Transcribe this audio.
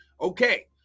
Okay